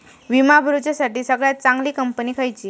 विमा भरुच्यासाठी सगळयात चागंली कंपनी खयची?